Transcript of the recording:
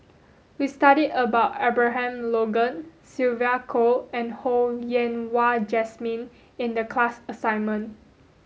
we studied about Abraham Logan Sylvia Kho and Ho Yen Wah Jesmine in the class assignment